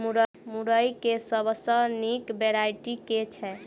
मुरई केँ सबसँ निक वैरायटी केँ छै?